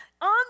On